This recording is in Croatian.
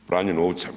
Pranje novca.